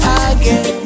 again